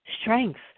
strength